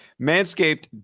Manscaped